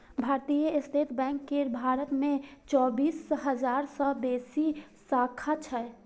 भारतीय state bank केर भारत मे चौबीस हजार सं बेसी शाखा छै